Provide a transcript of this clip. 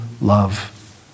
love